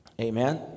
Amen